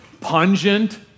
pungent